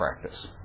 practice